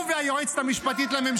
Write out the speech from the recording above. הוא והיועצת המשפטית לממשלה.